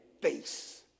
face